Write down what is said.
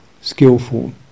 skillful